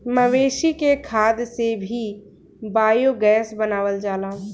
मवेशी के खाद से भी बायोगैस बनावल जाला